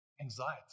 anxiety